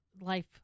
life